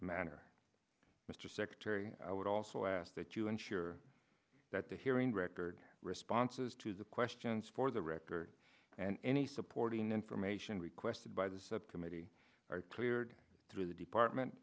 manner mr secretary i would also ask that you ensure that the hearing record responses to the questions for the record and any supporting information requested by the septa maybe cleared through the department